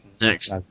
Next